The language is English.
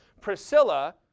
Priscilla